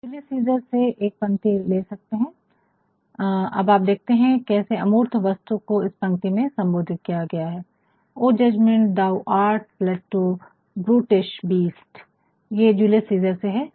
हम Julius Caesar से एक पंक्ति ले सकते है अब आप देखते है कि कैसे अमूर्त वस्तु को इस पंक्ति में सम्बोधित किया गया है O judgment thou art fled to brutish beasts O judgment thou art fled to brutish beasts ये जूलियस सिजर से है